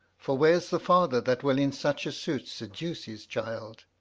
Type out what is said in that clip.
for where's the father that will in such a suit seduce his child?